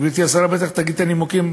גברתי השרה בטח תגיד את הנימוקים,